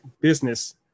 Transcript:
business